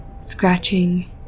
scratching